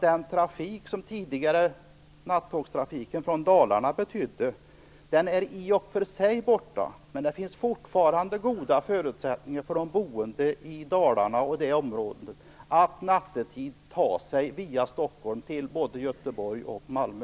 Den tidigare nattågstrafiken från Dalarna betydde är i och för sig borta, men det finns fortfarande goda förutsättningar för de boende i Dalarna att nattetid ta sig via Stockholm till både Göteborg och Malmö.